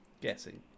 Guessing